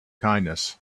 kindness